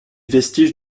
vestiges